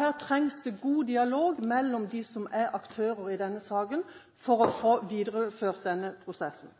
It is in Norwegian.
Her trengs det god dialog mellom aktørene i denne saken for å få videreført denne prosessen.